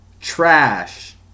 Trash